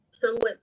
somewhat